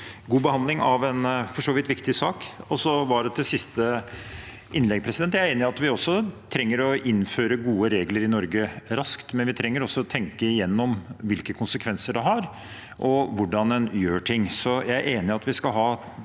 god behandling av en for så vidt viktig sak. Til det siste innlegget: Jeg er enig i at vi trenger å innføre gode regler i Norge raskt, men vi trenger også å tenke gjennom hvilke konsekvenser det har, og hvordan en gjør ting. Jeg er enig i at vi skal